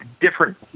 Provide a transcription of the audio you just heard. different